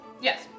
yes